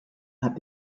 hat